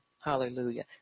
Hallelujah